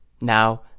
Now